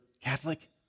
Catholic